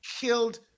killed